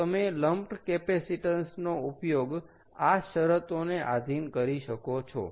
તો તમે lumped capacitance નો ઉપયોગ આ શરતોને આધીન કરી શકો છો